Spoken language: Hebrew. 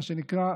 מה שנקרא,